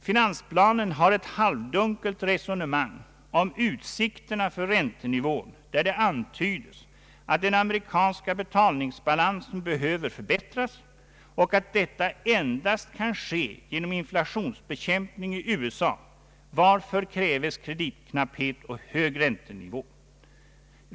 Finansplanen har ett halvdunkelt resonemang om utsikterna för räntenivån, där det antyds att den amerikanska betalningsbalansen behöver förbättras och att detta endast kan ske genom inflationsbekämpning i USA, varför kräves kreditknapphet och hög räntenivå.